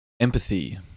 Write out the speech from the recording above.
Empathy